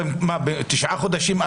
ב-9 חודשים?